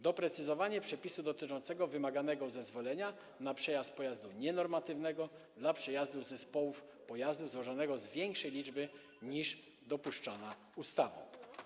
Doprecyzowany jest też przepis dotyczący wymaganego zezwolenia na przejazd pojazdu nienormatywnego dla przejazdu zespołu pojazdów złożonego z większej liczby niż dopuszczana ustawą.